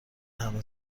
همه